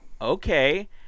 Okay